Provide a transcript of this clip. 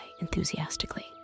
enthusiastically